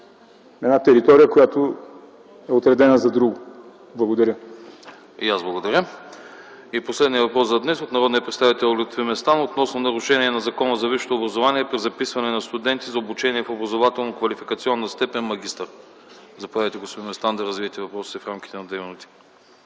из една територия, която е отредена за друго. Благодаря. ПРЕДСЕДАТЕЛ АНАСТАС АНАСТАСОВ: И аз благодаря. Последният въпрос за днес е от народния представител Лютви Местан относно нарушения на Закона за висшето образование при записване на студенти за обучение в образователно квалификационна степен „магистър”. Заповядайте, господин Местан, да развиете въпроса си в рамките на две минути.